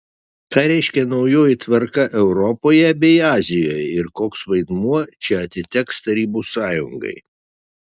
ką reiškia naujoji tvarka europoje bei azijoje ir koks vaidmuo čia atiteks tarybų sąjungai